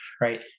right